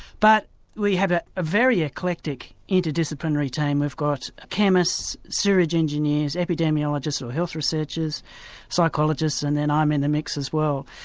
but we have a very eclectic interdisciplinary team we've got chemists, sewerage engineers, epidemiologists or health researchers, psychologists and then i'm in the mix as well.